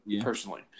personally